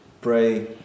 pray